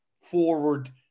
forward